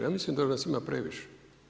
Ja mislim da nas ima previše.